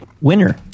winner